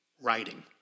writing